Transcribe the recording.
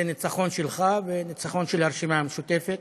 זה ניצחון שלך וניצחון של הרשימה המשותפת.